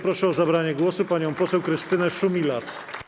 Proszę o zabranie głosu panią poseł Krystynę Szumilas.